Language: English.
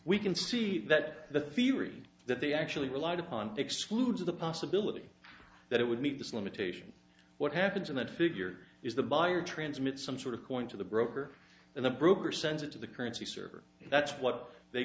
we can see that the theory that they actually relied upon excludes the possibility that it would meet this limitation what happens in that figure is the buyer transmits some sort of point to the broker in the group or sends it to the currency server that's what they